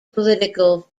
political